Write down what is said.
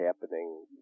happening